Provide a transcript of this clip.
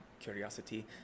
curiosity